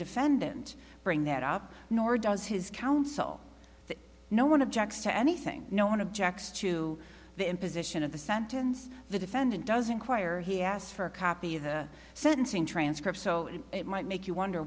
defendant bring that up nor does his counsel no one objects to anything no one objects to the imposition of the sentence the defendant doesn't choir he asked for a copy of the sentencing transcript so it might make you wonder